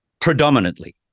predominantly